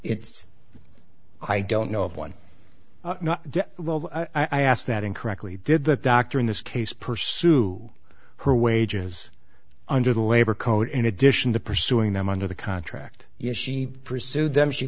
it's i don't know of one i asked that incorrectly did the doctor in this case pursue her wages under the labor code in addition to pursuing them under the contract yet she pursued them she